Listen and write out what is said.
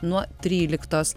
nuo tryliktos